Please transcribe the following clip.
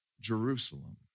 Jerusalem